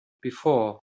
before